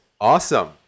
awesome